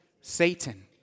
Satan